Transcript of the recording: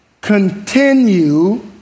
continue